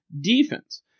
defense